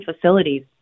facilities